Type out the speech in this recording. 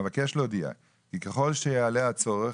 אבקש להודיע כי ככל שיעלה הצורך,